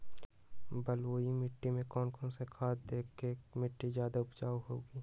बलुई मिट्टी में कौन कौन से खाद देगें की मिट्टी ज्यादा उपजाऊ होगी?